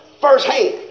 firsthand